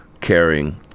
caring